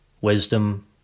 wisdom